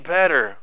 better